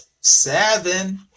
seven